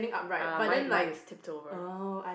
uh mine mine is tipped over